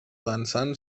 dansant